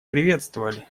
приветствовали